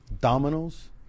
dominoes